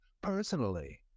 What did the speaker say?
personally